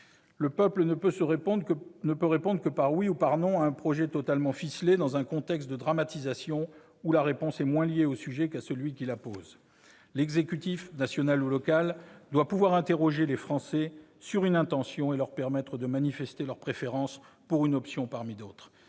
Le peuple ne peut répondre que par oui ou non à un projet totalement ficelé, dans un contexte de dramatisation où la réponse est moins liée au sujet qu'à celui qui la pose. L'exécutif, national ou local, doit pouvoir interroger les Français sur une intention et leur permettre de manifester leur préférence pour une option parmi d'autres.